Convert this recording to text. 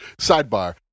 Sidebar